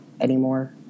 anymore